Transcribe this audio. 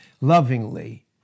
lovingly